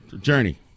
Journey